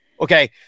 okay